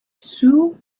sous